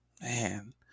man